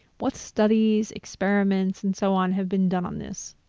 what studies experiments and so on have been done on this?